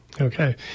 Okay